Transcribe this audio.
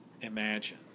imagine